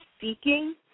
seeking